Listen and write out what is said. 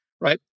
right